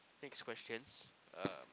next questions uh